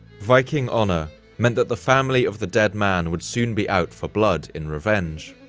viking honor meant that the family of the dead man would soon be out for blood in revenge.